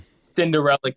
Cinderella